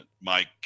Mike